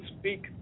speak